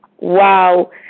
Wow